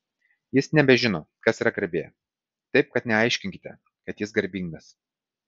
jis nebežino kas yra garbė taip kad neaiškinkite kad jis garbingas